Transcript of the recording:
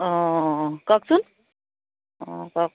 অঁ অঁ কওকচোন অঁ কওক